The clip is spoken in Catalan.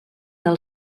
del